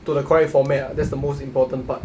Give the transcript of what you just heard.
to the correct format ah that's the most important part